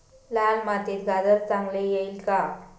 लाल मातीत गाजर चांगले येईल का?